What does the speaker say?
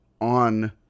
on